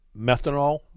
methanol